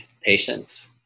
patience